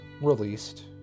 released